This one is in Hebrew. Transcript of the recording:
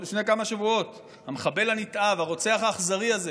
לפני כמה שבועות המחבל הנתעב, הרוצח האכזרי הזה,